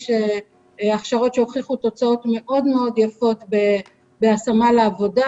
יש הכשרות שהוכיחו תוצאות מאוד מאוד יפות בהשמה לעבודה,